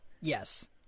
Yes